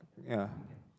ya